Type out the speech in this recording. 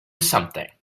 something